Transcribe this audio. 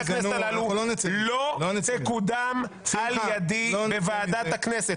הכנסת הללו לא תקודם על ידי בוועדת הכנסת".